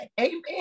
Amen